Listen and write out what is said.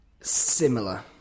Similar